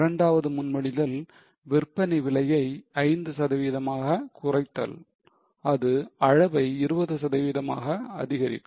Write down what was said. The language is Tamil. இரண்டாவது முன்மொழிதல் விற்பனை விலையை 5 சதவிகிதமாக குறைத்தல் அது அளவை 20 சதவீதமாக அதிகரிக்கும்